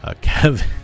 Kevin